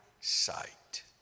sight